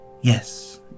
Yes